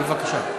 בבקשה.